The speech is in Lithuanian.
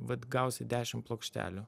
vat gausi dešim plokštelių